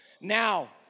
Now